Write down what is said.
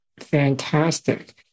fantastic